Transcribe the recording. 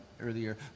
earlier